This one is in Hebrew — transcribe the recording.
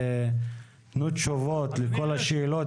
תנו תשובות לכל השאלות